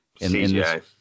CGI